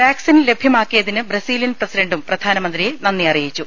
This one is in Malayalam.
വാക്സിൻ ലഭ്യമാക്കിയതിന് ബ്രസീലിയൻ പ്രസിഡന്റും പ്രധാനമന്ത്രിയെ നന്ദി അറിയിച്ചു